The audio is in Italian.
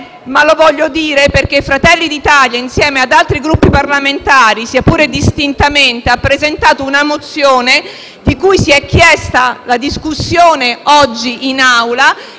ma lo voglio ricordare: Fratelli d'Italia, insieme ad altri Gruppi parlamentari, seppure distintamente, ha presentato una mozione, di cui si è chiesto di discutere oggi in Aula,